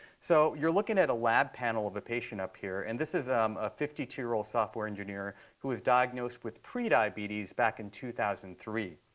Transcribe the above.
so you're looking at a lab panel of a patient up here. and this is um a fifty two year old software engineer who was diagnosed with pre-diabetes back in two thousand and three.